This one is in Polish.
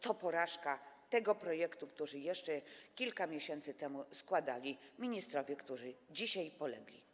To porażka tego projektu, który jeszcze kilka miesięcy temu składali ministrowie, którzy dzisiaj polegli.